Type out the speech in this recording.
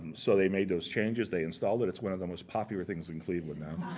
so they made those changes, they installed it, it's one of the most popular things in cleveland.